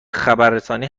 خبررسانی